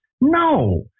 No